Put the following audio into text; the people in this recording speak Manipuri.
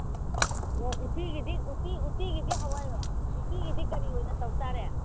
ꯑꯣ ꯎꯠꯇꯤꯒꯤꯗꯤ ꯍꯥꯋꯥꯏ ꯎꯠꯇꯤꯒꯤꯗꯤ ꯀꯔꯤ ꯑꯣꯏꯅ ꯇꯧꯕ ꯇꯔꯦ